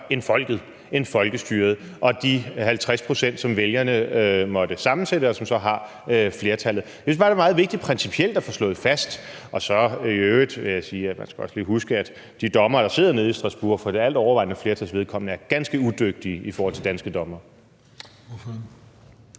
end folket, end folkestyret og de 50 pct., som vælgerne måtte sammensætte, og som så har flertallet. Jeg synes bare, det er meget vigtigt principielt at få slået fast. Så vil jeg i øvrigt også sige, at man lige skal huske, at de dommere, der sidder nede i Strasbourg for det altovervejende flertals vedkommende er ganske udygtige i forhold til danske dommere.